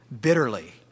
bitterly